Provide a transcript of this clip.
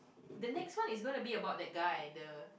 the next one is gonna be about that guy the